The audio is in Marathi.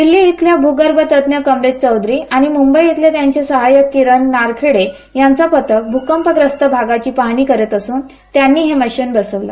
दिल्ली इथल्या भूगर्भ तज्ज्ञ कमलेश चौधरी आणि मुंबई इथले त्यांचे सहायक किरण नारखेडे यांचं पथक भूकंपग्रस्त भागात पाहणी करीत असून आज त्यांनी हे मशीन बसवलं